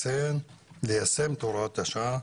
ליישם את הוראת השעה,